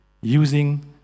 using